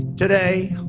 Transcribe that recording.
today